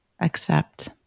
Accept